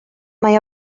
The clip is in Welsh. mae